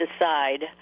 decide